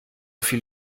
viel